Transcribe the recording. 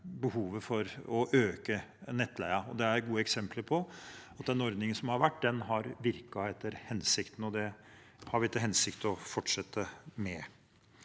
behovet for å øke nettleien. Det er gode eksempler på at den ordningen som har vært, har virket etter hensikten, så den har vi til hensikt å fortsette med.